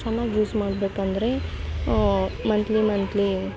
ಚೆನ್ನಾಗಿ ಯೂಸ್ ಮಾಡ್ಬೇಕೆಂದ್ರೆ monthly monthly